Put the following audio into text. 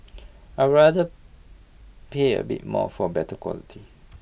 I rather pay A bit more for better quality